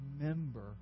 remember